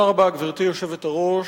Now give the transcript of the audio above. גברתי היושבת-ראש,